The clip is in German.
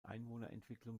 einwohnerentwicklung